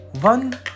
one